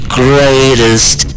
greatest